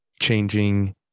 changing